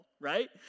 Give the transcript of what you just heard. right